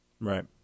Right